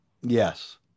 Yes